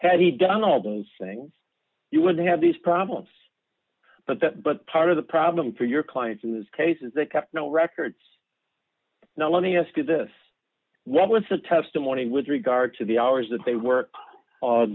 had he done all those things you wouldn't have these problems but that but part of the problem for your clients in this case is they kept no records no let me ask you this what was the testimony with regard to the hours that they